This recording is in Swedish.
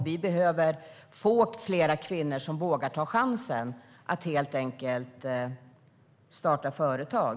Vi behöver få fler kvinnor som vågar ta chansen att starta företag.